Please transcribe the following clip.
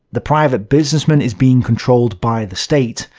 the private businessman is being controlled by the state.